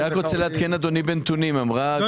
אני רק רוצה לעדכן בנתונים על מחיר הפחם.